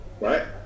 right